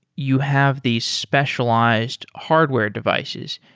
you have the specialized hardware devices.